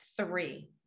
three